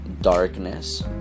darkness